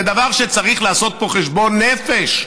זה דבר שצריך לעשות בו חשבון נפש,